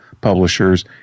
publishers